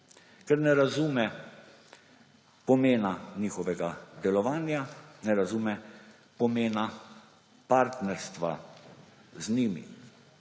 ker ne razume pomena njihovega delovanja, ne razume pomena partnerstva z njimi.